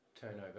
turnover